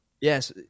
yes